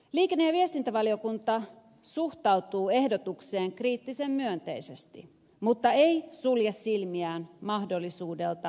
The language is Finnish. liikenne ja viestintävaliokunta suhtautuu ehdotukseen kriittisen myönteisesti mutta ei sulje silmiään toimivaltuuksien väärinkäytön mahdollisuudelta